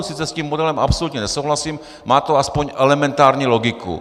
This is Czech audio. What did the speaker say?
Sice s tím modelem absolutně nesouhlasím, ale má to aspoň elementární logiku.